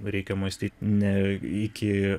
reikia mąstyt ne iki